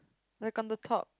like on the top